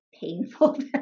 painful